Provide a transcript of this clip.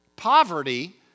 poverty